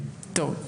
טוב,